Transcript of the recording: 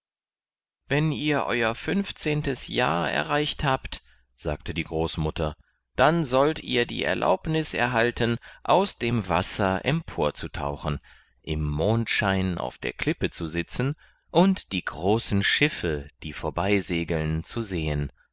wenn ihr euer fünfzehntes jahr erreicht habt sagte die großmutter dann sollt ihr die erlaubnis erhalten aus dem wasser empor zu tauchen im mondschein auf der klippe zu sitzen und die großen schiffe die vorbei segeln zu sehen